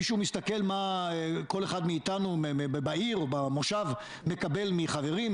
מישהו מסתכל מה כל אחד מאתנו בעיר או במושב מקבל מחברים,